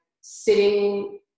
sitting